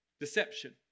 Deception